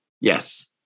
Yes